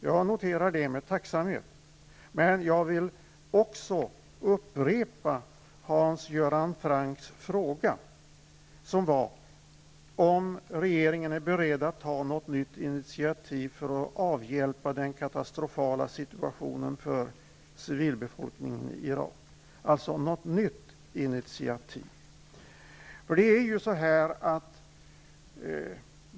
Jag noterar det med tacksamhet, men jag vill ändå upprepa Hans Göran Francks fråga, om regeringen är beredd att ta något nytt initiativ för att avhjälpa den katastrofala situationen för civilbefolkningen i Irak. Det är alltså fråga om ett nytt initiativ.